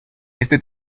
éste